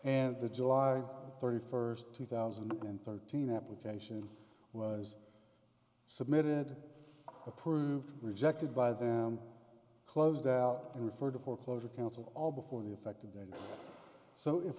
and the july thirty first two thousand and thirteen application was submitted approved rejected by them closed out and referred to foreclosure counsel all before the effective date so if